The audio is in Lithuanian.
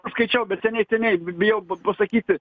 aš skaičiau bet seniai seniai bi bijau pasakyti